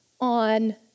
on